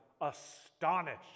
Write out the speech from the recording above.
astonished